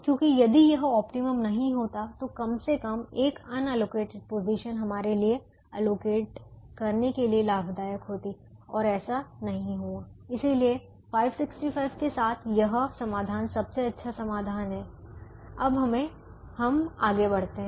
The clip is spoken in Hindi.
क्योंकि यदि यह ऑप्टिमम नहीं होता तो कम से कम एक अनअएलोकेटेड पोजीशन हमारे लिए एलोकेट करने के लिए लाभदायक होती और ऐसा नहीं हुआ इसलिए 565 के साथ यह समाधान सबसे अच्छा समाधान है अब हमें आगे बढ़ते हैं